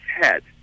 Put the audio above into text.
head